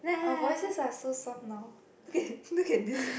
our voices are so soft now look at this